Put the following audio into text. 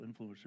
influencers